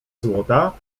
złota